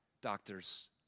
doctors